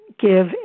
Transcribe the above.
Give